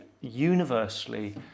universally